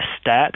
stat